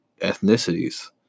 ethnicities